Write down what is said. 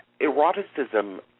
eroticism